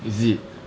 is it